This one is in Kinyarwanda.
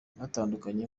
butandukanye